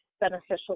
beneficial